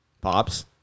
Pops